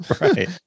right